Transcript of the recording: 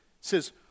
says